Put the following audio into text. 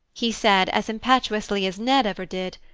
he said as impetuously as ned ever did,